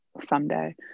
someday